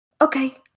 okay